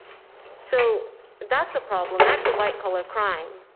so that's a problem. that's a white collar crime